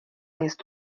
jest